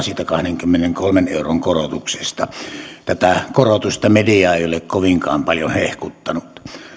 siitä kahdenkymmenenkolmen euron korotuksesta tätä korotusta media ei ole kovinkaan paljon hehkuttanut